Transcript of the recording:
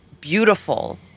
beautiful